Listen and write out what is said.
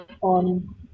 on